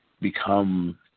become